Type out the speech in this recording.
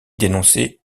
dénoncé